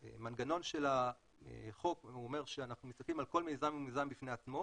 המנגנון של החוק אומר שאנחנו מסתכלים על כל מיזם ומיזם בפני עצמו